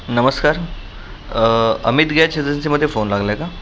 नमस्कार अमित गॅच एजन्सीमध्ये फोन लागला आहे का